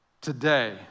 today